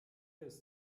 ist